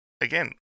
again